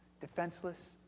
defenseless